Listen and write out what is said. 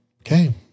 okay